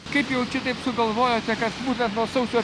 kaip jau čia taip jau sugalvojote kad būtent nuo sausio